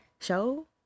show